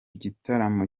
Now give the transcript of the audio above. gitaramo